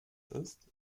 ist